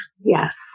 Yes